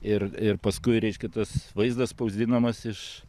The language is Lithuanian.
ir ir paskui reiškia tas vaizdas spausdinamas iš